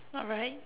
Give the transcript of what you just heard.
alright